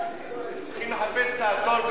צריכים לחפש את האתון.